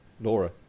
Laura